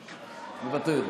מוותר,